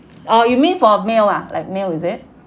oh you mean for meal ah like meal is it